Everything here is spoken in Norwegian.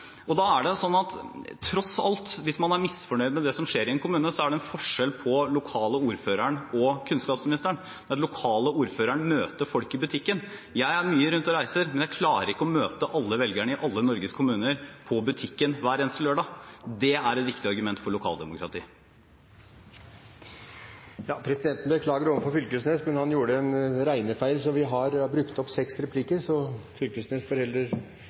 Hvis man er misfornøyd med det som skjer i en kommune, er det tross alt forskjell på den lokale ordføreren og kunnskapsministeren. Den lokale ordføreren møter folk i butikken. Jeg er mye ute og reiser, men jeg klarer ikke å møte alle velgerne i alle Norges kommuner på butikken hver eneste lørdag. Det er et viktig argument for lokaldemokrati. Replikkordskiftet er omme. Presidenten beklager overfor representanten Knag Fylkesnes, men presidenten gjorde en regnefeil og har brukt opp seks replikker, så Knag Fylkesnes